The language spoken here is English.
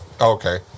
Okay